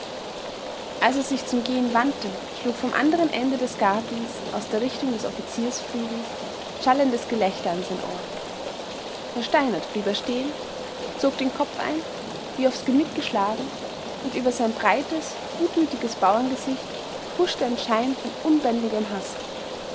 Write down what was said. als er sich zum gehen wandte schlug vom anderen ende des gartens aus der richtung des offiziersflügels schallendes gelächter an sein ohr versteinert blieb er stehen zog den kopf ein wie aufs genick geschlagen und über sein breites gutmütiges bauerngesicht huschte ein schein von unbändigem haß